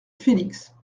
felix